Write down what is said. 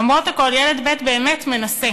למרות הכול, ילד ב' באמת מנסה